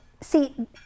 see